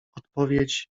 odpowiedź